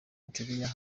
eritrea